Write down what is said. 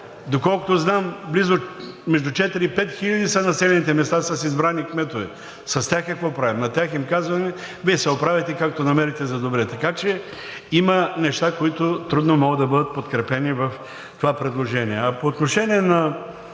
Доколкото знам, между четири и пет хиляди са населените места с избрани кметове. С тях какво правим? На тях им казваме – Вие се оправяйте както намерите за добре. Така че има неща, които трудно могат да бъдат подкрепени в това предложение.